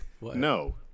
No